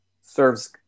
serves